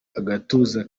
agatuza